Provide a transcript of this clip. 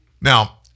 Now